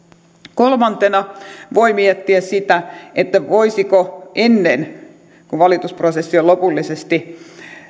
kolmantena voi miettiä sitä voisiko jo ennen kuin valitusprosessi on lopullisesti